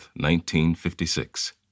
1956